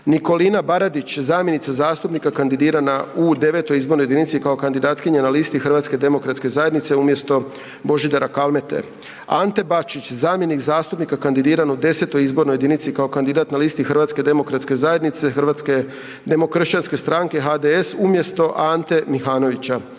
Nikolina Baradić, zamjenica zastupnika kandidirana u IX. izbornoj jedinici kao kandidatkinja na listi Hrvatske demokratske zajednice umjesto Božidara Kalmete. Ante Bačić, zamjenik zastupnika kandidiran u X. izbornoj jedinici kao kandidat na listi Hrvatske demokratske zajednice, Hrvatske demokršćanske stranke, HDS umjesto Ante Mihanovića.